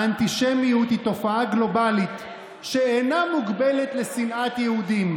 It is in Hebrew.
האנטישמיות היא תופעה גלובלית שאינה מוגבלת לשנאת יהודים,